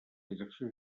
direcció